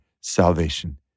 salvation